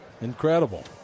incredible